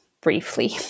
briefly